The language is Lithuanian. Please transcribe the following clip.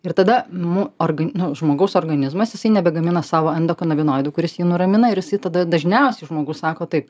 ir tada nu orga nu žmogaus organizmas jisai nebegamina savo endokanabinoidų kuris jį nuramina ir jis tada dažniausiai žmogus sako taip